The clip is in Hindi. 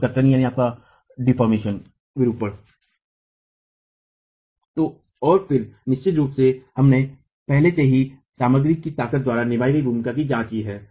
और फिर निश्चित रूप से हमने पहले से ही सामग्री की ताकत द्वारा निभाई गई भूमिका की जांच की है